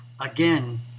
Again